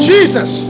Jesus